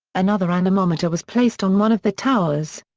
another anemometer was placed on one of the towers.